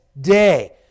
day